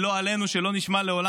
לא עלינו, שלא נשמע לעולם.